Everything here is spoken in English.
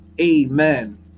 Amen